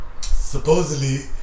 Supposedly